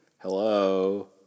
Hello